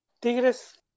Tigres